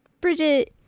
Bridget